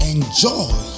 Enjoy